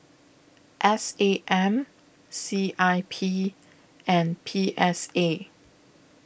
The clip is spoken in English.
S A M C I P and P S A